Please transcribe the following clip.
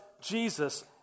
Jesus